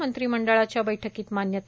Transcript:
मंत्रिमंडळाच्या बैठकीत मान्यता